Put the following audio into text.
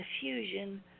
diffusion